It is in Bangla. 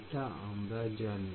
এটা আমরা জানি